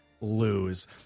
lose